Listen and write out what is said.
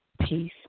peace